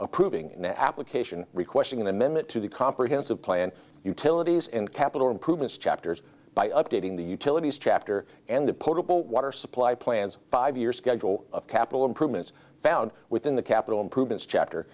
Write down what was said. approving an application requesting an amendment to the comprehensive plan utilities in capital improvements chapters by updating the utilities chapter and the potable water supply plans five years schedule of capital improvements found within the capital improvements chapter